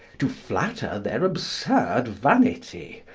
to flatter their absurd vanity,